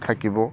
থাকিব